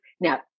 now